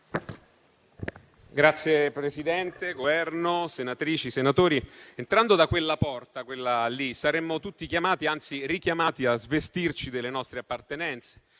Signor Presidente, Governo, senatrici e senatori, entrando da quella porta, quella lì, saremmo tutti chiamati, anzi richiamati, a svestirci delle nostre appartenenze,